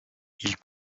ils